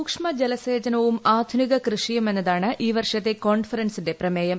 സൂക്ഷ്മ ജലസേചനവും ആധുനിക കൃഷിയും എന്നതാണ് ഈ വർഷത്തെ കോൺഫറൻസിന്റെ പ്രമേയം